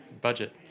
budget